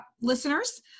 listeners